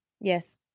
Yes